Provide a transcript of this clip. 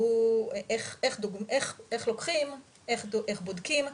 איך לוקחים, איך בודקים.